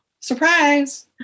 Surprise